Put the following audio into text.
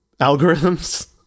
algorithms